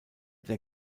there